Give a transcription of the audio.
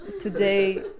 today